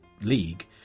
league